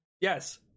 Yes